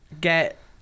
get